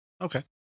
Okay